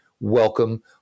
Welcome